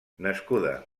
nascuda